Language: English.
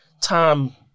time